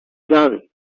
done